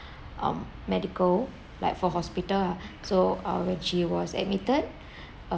um medical like for hospital ah so uh when she was admitted